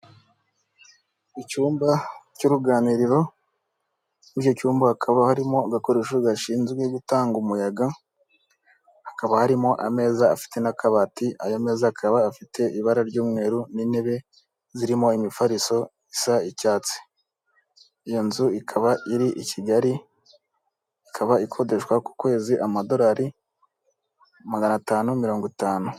Icyumba cy'uruganiriro. Muri icyo cyumba hakaba harimo agakoresho gashinzwe gutanga umuyaga. Hakaba harimo ameza afite n'akabati, ayo meza akaba afite ibara ry'umweru n'intebe zirimo imifariso isa icyatsi. Iyo nzu ikaba iri i Kigali, ikaba ikodeshwa ku kwezi amadorari magana atanu mirongo itanu.